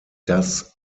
das